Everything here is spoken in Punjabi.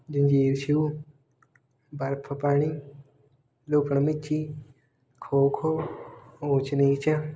ਜੰਜੀਰ ਸ਼ੂ ਬਰਫ ਪਾਣੀ ਲੁੱਕਣ ਮੀਚੀ ਖੋ ਖੋ ਊਚ ਨੀਚ